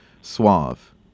suave